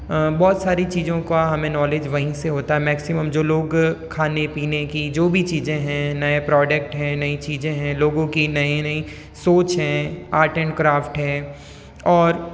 बहुत सारी चीज़ों का हमें नॉलेज वहीं से होता है मैक्सिमम जो लोग खाने पीने की जो भी चीज़ें हैं नए प्रोडक्ट हैं नई चीज़ें हैं लोगों की नई नई सोच हैं आर्ट एंड क्राफ्ट है और